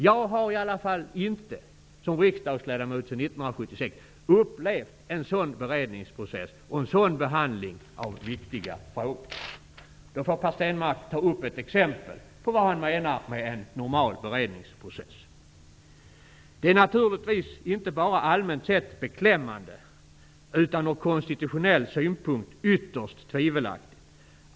Jag har i alla fall inte, som riksdagsledamot sedan 1976, upplevt en sådan beredningsprocess och en sådan behandling av viktiga frågor. Per Stenmarck får ta ett exempel på vad han menar med en normal beredningsprocess. Detta är naturligtvis inte bara allmänt sett beklämmande utan ur konstitutionell synpunkt ytterst tvivelaktigt.